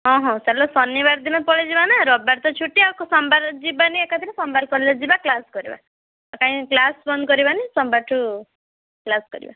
ହଁ ହଁ ଚାଲ ଶନିବାର ଦିନ ପଳେଇ ଯିବା ନା ରବିବାର ତ ଛୁଟି ଆଉ ସୋମବାରେ ଯିବାନି ଏକାଥରେ ସୋମବାରେ କଲେଜ୍ ଯିବା କ୍ଲାସ୍ କରିବା ନାଇଁ କ୍ଲାସ୍ ବନ୍ଦ କରିବାନି ସୋମବାର ଠୁ କ୍ଲାସ୍ କରିବା